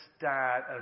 dad